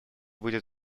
будет